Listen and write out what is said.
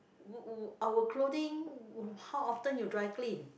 our clothing how often you dry clean